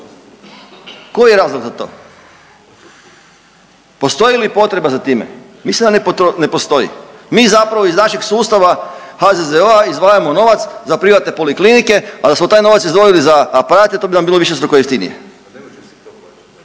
koji je razlog za to? Postoji li potreba za time? Mislim da ne postoji. Mi zapravo iz našeg sustava HZZO izdvajamo novac za privatne poliklinike, a da smo taj novac izdvojili za aparate to bi nam bilo višestruko jeftinije.